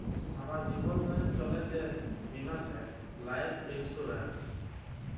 সারা জীবল ধ্যইরে চলে যে বীমা সেট লাইফ ইলসুরেল্স